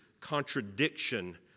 contradiction